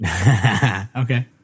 Okay